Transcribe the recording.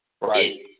right